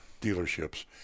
dealerships